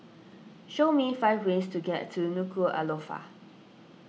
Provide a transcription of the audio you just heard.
show me five ways to get to Nuku'alofa